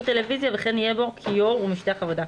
טלוויזיה וכן יהיה בו כיור ומשטח עבודה.